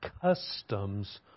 customs